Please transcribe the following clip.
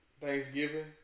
Thanksgiving